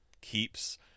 keeps